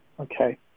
Okay